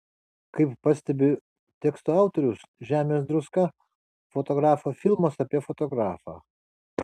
kaip pastebi teksto autorius žemės druska fotografo filmas apie fotografą